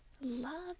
Love